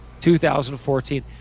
2014